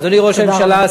אדוני ראש הממשלה,